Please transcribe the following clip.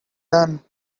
done